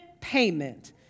payment